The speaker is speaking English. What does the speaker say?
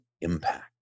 impact